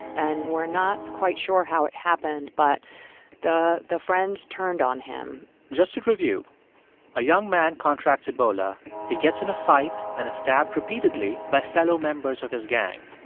and we're not quite sure how it happened, but the the friends turned on him just to review a young man contracts ebola, he gets in a fight and is stabbed repeatedly by fellow members of his gang.